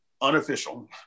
unofficial